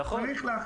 נכון.